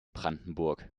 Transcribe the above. brandenburg